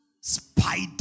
Spider